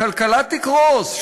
הכלכלה תקרוס,